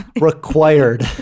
required